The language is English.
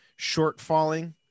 shortfalling